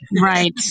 Right